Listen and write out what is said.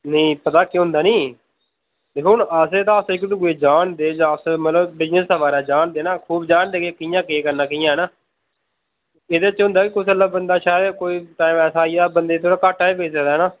नेईं पता केह् हुंदा नी दिक्खो हुन असें ता अस इक दुए गी जानदे जां बिजनेस बगैरा जानदे ना खूब जानदे के कियां केह् करना कियां हैह्ना एहदे च होंदा कोई कल्ला बंदा शायद कोई पंज दस्स आई जा ता बंदे गी थोड़ा घाटा बी पेई सकदा हैना